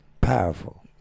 powerful